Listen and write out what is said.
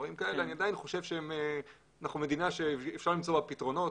אנחנו מדינה שאפשר למצוא בה פתרונות,